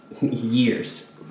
years